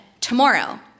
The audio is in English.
Tomorrow